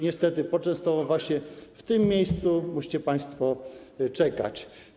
Niestety pod Częstochową właśnie w tym miejscu musicie państwo czekać.